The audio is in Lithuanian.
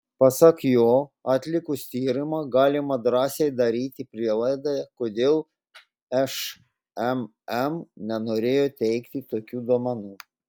pasak jo atlikus tyrimą galima drąsiai daryti prielaidą kodėl šmm nenorėjo teikti tokių duomenų